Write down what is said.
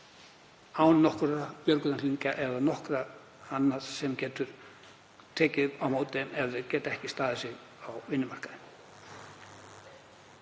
án nokkurra björgunarhringja eða nokkurs annars sem getur tekið á móti þeim ef þeir geta ekki staðið sig á vinnumarkaði.